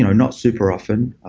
not super often.